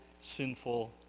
sinful